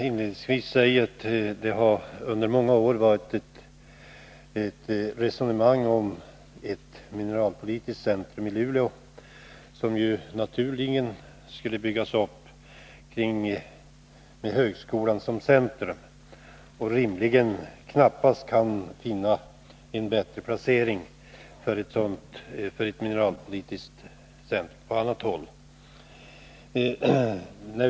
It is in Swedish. Inledningsvis vill jag säga att det under många år har förts ett resonemang Nr 50 om ett mineralpolitiskt centrum i Luleå, som då naturligen skulle byggas upp Fredagen den i direkt anslutning till högskolan, eftersom det knappast kan finnas en bättre 11 december 1981 placering för ett mineralpolitiskt centrum på annan ort.